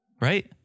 Right